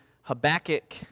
Habakkuk